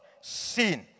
sin